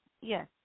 Yes